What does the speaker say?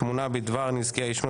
תמונה בדבר נזקי העישון),